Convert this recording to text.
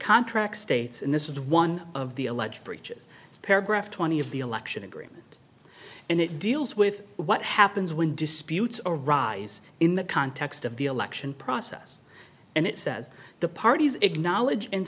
contract states and this is one of the alleged breaches paragraph twenty of the election agreement and it deals with what happens when disputes arise in the context of the election process and it says the parties acknowledge and